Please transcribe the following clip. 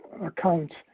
accounts